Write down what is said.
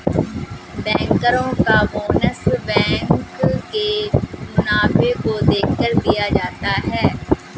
बैंकरो का bonus bank के मुनाफे को देखकर दिया जाता है